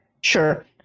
Sure